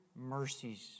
mercies